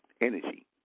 energy